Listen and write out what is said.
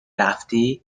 رفتی